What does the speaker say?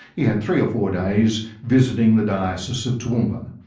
he had three or four days visiting the diocese of toowoomba.